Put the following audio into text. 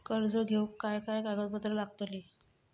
कर्ज घेऊक काय काय कागदपत्र लागतली?